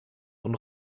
und